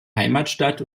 heimatstadt